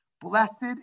Blessed